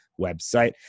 website